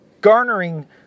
garnering